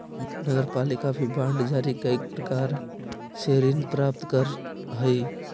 नगरपालिका भी बांड जारी कईक प्रकार से ऋण प्राप्त करऽ हई